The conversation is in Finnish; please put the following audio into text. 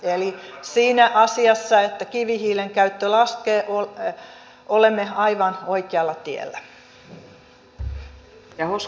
eli siinä asiassa että kivihiilen käyttö laskee olemme aivan oikealla tiellä